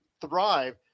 thrive